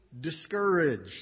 discouraged